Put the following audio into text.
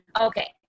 Okay